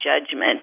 judgment